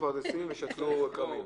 העיקר.